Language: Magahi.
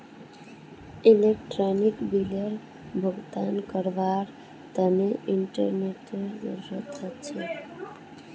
इलेक्ट्रानिक बिलेर भुगतान करवार तने इंटरनेतेर जरूरत ह छेक